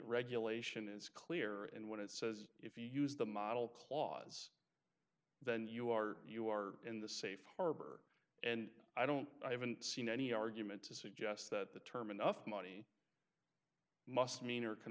regulation is clear and what it says if you use the model clause then you are you are in the safe harbor and i don't i haven't seen any argument to suggest that the term enough money must mean or can